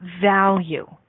value